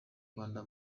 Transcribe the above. rwanda